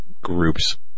groups